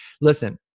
listen